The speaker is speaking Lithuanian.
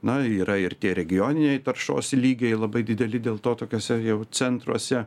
na yra ir tie regioniniai taršos lygiai labai dideli dėl to tokiose jau centruose